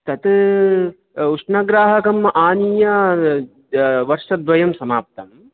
तत् उष्णग्राहकम् आनीय वर्षद्वयं समाप्तं